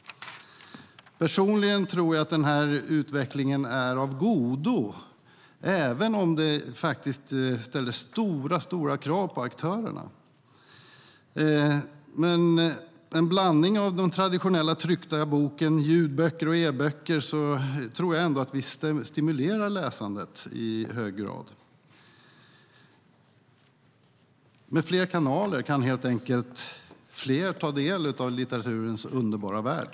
Personligen tror jag att den här utvecklingen är av godo, även om det ställer stora krav på aktörerna. Med en blandning av de traditionella tryckta böckerna, ljudböcker och e-böcker tror jag ändå att vi stimulerar läsandet i hög grad. Med fler kanaler kan helt enkelt fler ta del av litteraturens underbara värld.